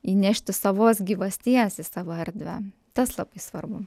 įnešti savos gyvasties į savo erdvę tas labai svarbu